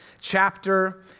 chapter